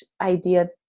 idea